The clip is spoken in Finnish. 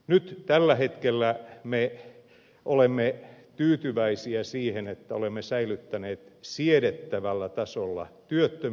nyt tällä hetkellä me olemme tyytyväisiä siihen että olemme säilyttäneet siedettävällä tasolla työttömyyden